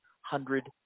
hundred